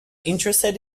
interested